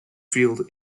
field